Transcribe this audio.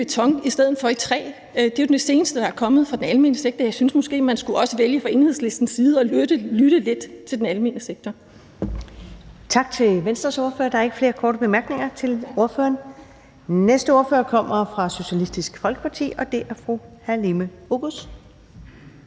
beton i stedet for i træ. Det er jo det seneste, der er kommet fra den almene sektor. Jeg synes måske, at man også fra Enhedslistens side skulle vælge at lytte lidt til den almene sektor.